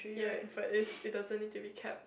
ya Fais it doesn't need to be cap